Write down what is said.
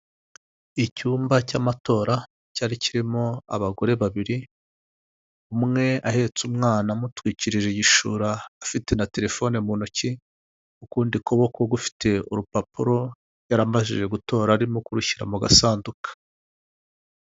Icyumba cy'amatora cyari kirimo abagore babiri, umwe ahetse umwana amutwikirije igishura, afite na telefone mu ntoki, ukundi kuboko ufite urupapuro yaramajije gutora arimo kurushyira mu gasanduku.